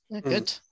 Good